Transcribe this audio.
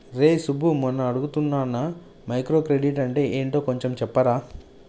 రేయ్ సబ్బు మొన్న అడుగుతున్నానా మైక్రో క్రెడిట్ అంటే ఏంటో కొంచెం చెప్పరా